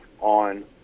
on